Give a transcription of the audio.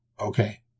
Okay